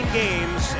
games